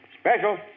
Special